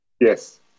Yes